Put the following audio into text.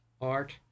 art